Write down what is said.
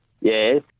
Yes